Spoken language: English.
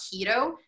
keto